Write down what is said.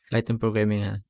python programming ha